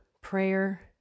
prayer